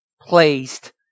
placed